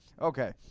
Okay